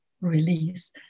release